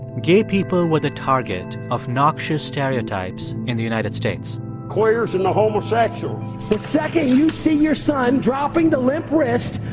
gay people were the target of noxious stereotypes in the united states queers and the homosexuals the second you see your son dropping the limp wrist,